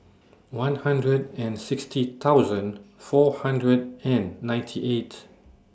one hundred and sixty thousand four hundred and ninety eight